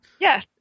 Yes